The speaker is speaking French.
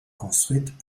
construites